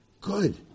Good